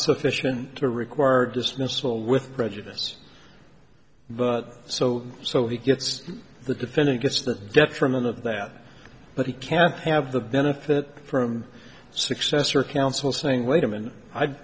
sufficient to require dismissal with prejudice but so so he gets the defendant gets the detriment of that but he can't have the benefit from successor counsel saying wait a minute i